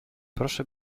proszę